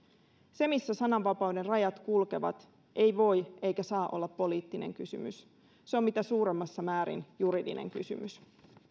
se missä sananvapauden rajat kulkevat ei voi eikä saa olla poliittinen kysymys se on mitä suurimmassa määrin juridinen kysymys